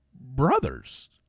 brothers